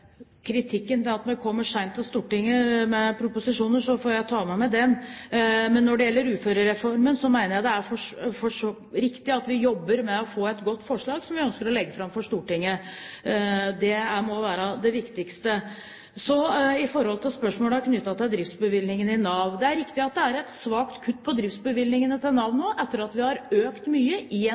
kritikken mot at en kommer sent til Stortinget med proposisjoner, får jeg ta med meg den. Men når det gjelder uførereformen, mener jeg det er riktig at vi jobber med å få til et godt forslag som vi ønsker å legge fram for Stortinget. Det må være det viktigste. Så til spørsmålene knyttet til driftsbevilgninger til Nav. Det er riktig at det er et svakt kutt i driftsbevilgningene til Nav nå, etter at vi har økt mye